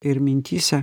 ir mintyse